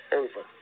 over